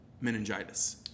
meningitis